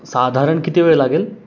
साधारण किती वेळ लागेल